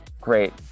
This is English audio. great